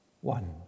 One